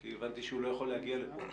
הבנתי הוא לא היה יכול להגיע לכאן.